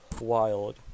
wild